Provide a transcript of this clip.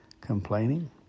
complaining